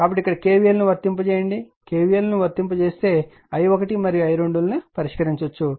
కాబట్టి ఇక్కడ k v l ను వర్తింపజేయండి k v l ను వర్తింపజేయండి మరియు i1 మరియు i2 ల ను పరిష్కరించండి